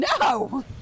no